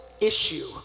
issue